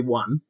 one